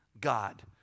God